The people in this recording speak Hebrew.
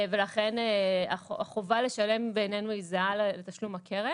ולכן החובה לשלם בענייננו היא זהה לתשלום הקרן.